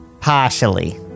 Partially